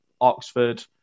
oxford